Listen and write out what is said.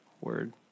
word